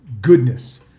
goodness